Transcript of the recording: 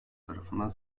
tarafından